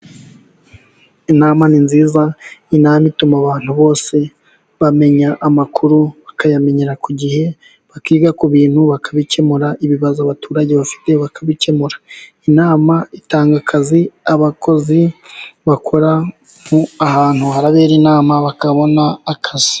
Inama ni nziza. Inama ituma abantu bose bamenya amakuru bakayamenyera ku gihe. Bakiga ku bintu; bakabikemura. Ibibazo abaturage bafite bakabikemura. Inama itanga akazi ,abakozi bakora ahantu harabera inama bakabona akazi.